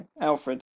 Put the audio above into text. Alfred